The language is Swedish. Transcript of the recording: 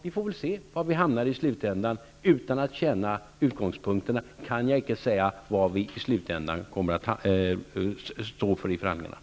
Vi får väl se var vi hamnar i slutänden. Utan att känna till utgångspunkterna kan jag icke säga vad vi i slutänden kommer att stå för i förhandlingarna.